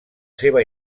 seva